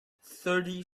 thirty